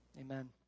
amen